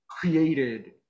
created